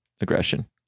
Aggression